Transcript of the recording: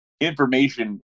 Information